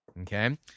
okay